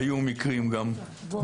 היו גם מקרים כאלה.